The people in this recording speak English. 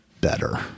better